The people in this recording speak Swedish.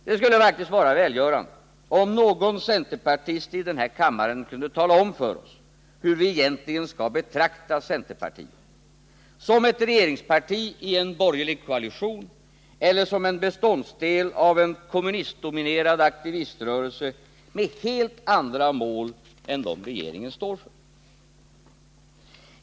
Det skulle faktiskt vara välgörande om någon centerpartist i den här kammaren kunde tala om för oss hur vi egentligen skall betrakta centerpartiet — som ett regeringsparti i en borgerlig koalition eller som en beståndsdel av en kommunistdominerad aktiviströrelse med helt andra mål än de som regeringen står för.